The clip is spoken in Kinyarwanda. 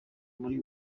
muri